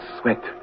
sweat